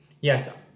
Yes